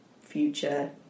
future